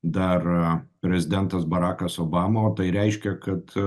dar prezidentas barakas obama o tai reiškia kad